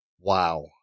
Wow